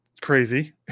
crazy